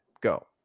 go